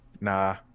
Nah